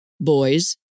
Boys